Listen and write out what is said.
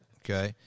okay